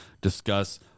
discuss